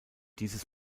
dieses